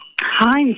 Hi